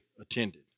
attended